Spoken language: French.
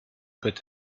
peut